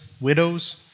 widows